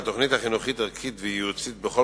2. מה ייעשה כדי להקים גנים ולחסוך